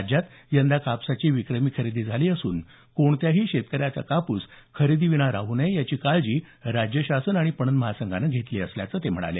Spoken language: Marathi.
राज्यात यंदा कापसाची विक्रमी खरेदी झाली असून कोणत्याही शेतकऱ्याचा कापूस खरेदीविना राहू नये याची काळजी राज्य शासन आणि पणन महासंघानं घेतली असल्याचं ते म्हणाले